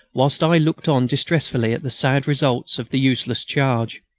whilst i looked on distressfully at the sad results of the useless charge.